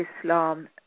Islam